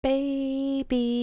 Baby